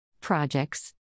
Projects